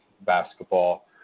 basketball